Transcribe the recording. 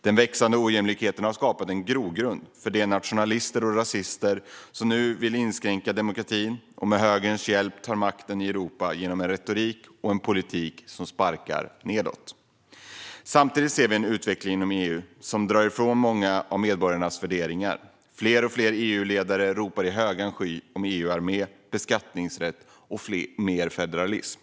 Den växande ojämlikheten har skapat en grogrund för de nationalister och rasister som nu vill inskränka demokratin och som med högerns hjälp tar makten i Europa genom en retorik och en politik som sparkar nedåt. Samtidigt ser vi en utveckling inom EU som drar ifrån många av medborgarnas värderingar. Fler och fler EU-ledare ropar i högan sky om EU-armé, beskattningsrätt och mer federalism.